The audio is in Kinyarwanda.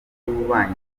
y’ububanyi